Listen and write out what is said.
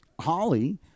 Holly